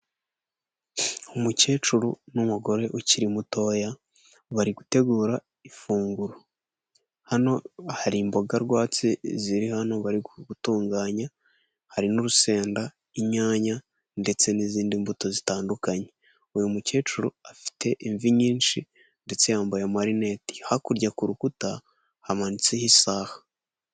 Umukecuru n'umugore ukiri mutoya bari gutegura ifunguro hano hari imboga rwatsi ziri hano bari gutunganya hari n'urusenda inyanya ndetse n'izindi mbuto zitandukanye uyu mukecuru afite imvi nyinshi ndetse yambaye amarinet hakurya ku rukuta hamanitseho isaha.